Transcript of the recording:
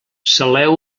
saleu